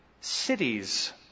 cities